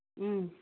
ꯎꯝ